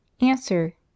answer